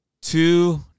two